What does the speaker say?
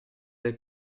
del